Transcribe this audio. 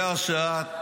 קריאה שנייה.